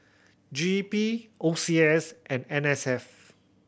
G E P O C S and N S F